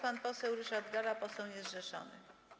Pan poseł Ryszard Galla, poseł niezrzeszony.